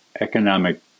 economic